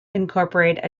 incorporate